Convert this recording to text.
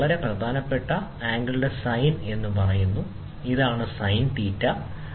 ഇത് പ്രധാനപ്പെട്ട കാര്യമാണ് ഇത് ആംഗിളിന്റെ സൈൻ എന്ന് പറയുന്നു ശരി